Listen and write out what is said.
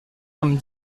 amb